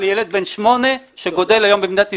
לילד בן שמונה שגדל היום במדינת ישראל,